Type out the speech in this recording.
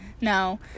No